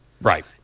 Right